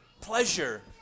pleasure